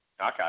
Okay